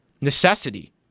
necessity